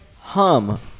hum